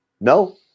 no